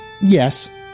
yes